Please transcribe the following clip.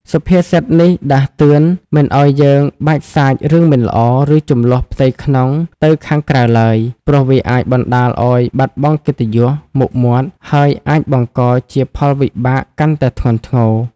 សុភាសិតនេះដាស់តឿនមិនឱ្យយើងបាចសាចរឿងមិនល្អ ឬជម្លោះផ្ទៃក្នុងទៅខាងក្រៅឡើយ ព្រោះវាអាចបណ្ដាលឱ្យបាត់បង់កិត្តិយស មុខមាត់ ហើយអាចបង្កជាផលវិបាកកាន់តែធ្ងន់ធ្ងរ។